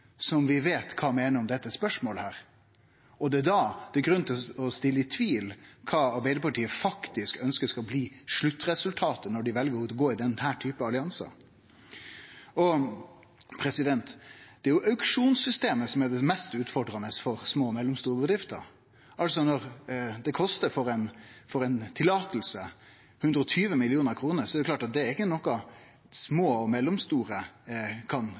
som vi veit kva meiner om dette spørsmålet. Det er da det er grunn til å stille i tvil kva Arbeidarpartiet faktisk ønskjer skal bli sluttresultatet når dei veljar å gå i denne typen alliansar. Systemet med auksjonar er det som er mest utfordrande for små og mellomstore bedrifter. Når eit løyve kostar 120 mill. kr, er det klart at det ikkje er noko som små og mellomstore kan